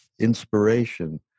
inspiration